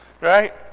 right